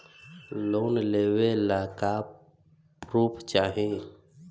Loan लेवे ला का पुर्फ चाही?